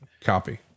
Copy